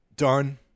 done